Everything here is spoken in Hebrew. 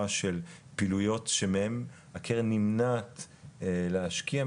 של פעילויות שמהן הקרן נמנעת להשקיע,